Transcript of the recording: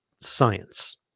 science